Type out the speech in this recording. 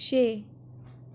छे